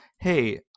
hey